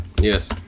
Yes